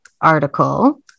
article